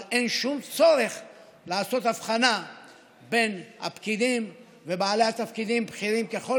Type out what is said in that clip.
אבל אין שום צורך לעשות הבחנה בין הפקידים ובעלי תפקידים בכירים ככל